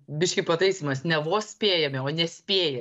biškį pataisymas ne vos spėjame o nespėja